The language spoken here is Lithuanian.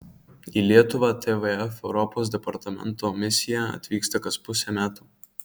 į lietuvą tvf europos departamento misija atvyksta kas pusę metų